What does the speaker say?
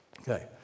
Okay